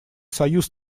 союз